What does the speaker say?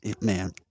man